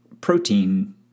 protein